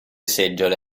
seggiole